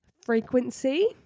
frequency